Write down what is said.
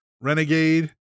Renegade